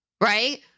right